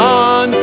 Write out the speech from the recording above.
on